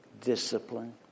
discipline